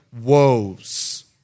woes